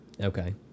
Okay